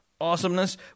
awesomeness